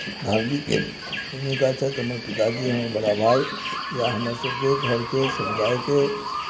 भावीके नेता छथि हमर पिताजी हमर बड़ा भाइ इएह हमरसभके घरके समुदायके